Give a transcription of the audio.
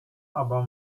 aber